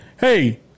Hey